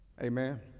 Amen